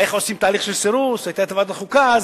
על איך עושים תהליך של סירוס, היתה ועדת החוקה אז.